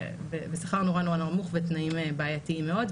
ושכר נורא נורא נמוך ותנאים בעייתיים מאוד,